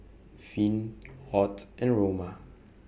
Finn Ott and Roma